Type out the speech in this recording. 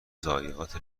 ضایعات